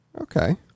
okay